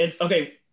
Okay